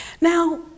Now